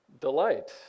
delight